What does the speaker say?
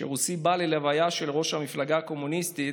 רוסי בא ללוויה של ראש המפלגה הקומוניסטית,